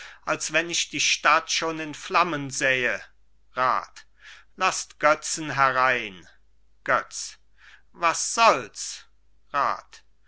als wenn ich die stadt schon in flammen sähe rat laßt götzen herein götz was soll's rat